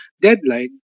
deadline